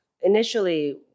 initially